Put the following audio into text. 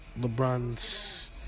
LeBron's